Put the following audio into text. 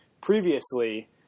previously